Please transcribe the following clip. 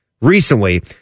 recently